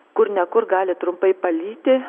kur ne kur gali trumpai palyti